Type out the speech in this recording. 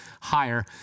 higher